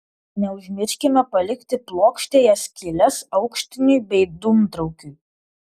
neužmirškime palikti plokštėje skyles aukštiniui bei dūmtraukiui